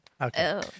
Okay